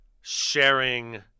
sharing